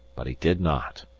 but he did not.